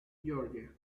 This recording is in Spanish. georgia